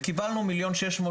וקיבלנו 1.6 מיליון